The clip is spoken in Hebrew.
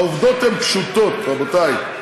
העובדות הן פשוטות, רבותי.